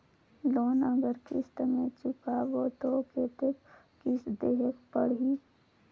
Loan अगर किस्त म चुकाबो तो कतेक किस्त देहेक पढ़ही?